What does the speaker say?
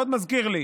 מאוד מזכיר לי.